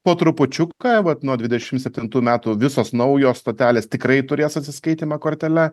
po trupučiuką vat nuo dvidešim septintų metų visos naujos stotelės tikrai turės atsiskaitymą kortele